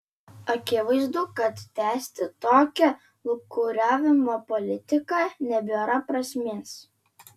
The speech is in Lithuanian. akivaizdu kad tęsti tokią lūkuriavimo politiką nebėra prasmės